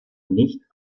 nicht